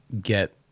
get